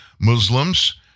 Muslims